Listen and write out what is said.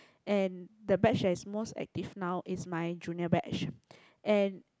and the batch that is most active now is my junior batch and